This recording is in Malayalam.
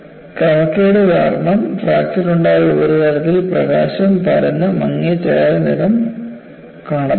ക്രമക്കേട് കാരണം ഫ്രാക്ചർ ഉണ്ടായ ഉപരിതലത്തിൽ പ്രകാശം പരന്ന് മങ്ങിയ ചാരനിറം കാണപ്പെടുന്നു